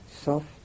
soft